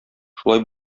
шулай